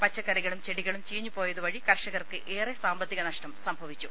പച്ചക്കറി കളും ചെടികളും ചീഞ്ഞുപോയതുവഴി കർഷകർക്ക് ഏറെ സാമ്പത്തിക നഷ്ടം സംഭവിച്ചു